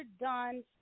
done